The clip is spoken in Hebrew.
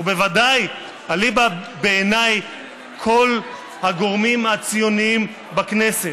ובוודאי אליבא דכל הגורמים הציוניים בכנסת.